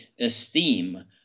esteem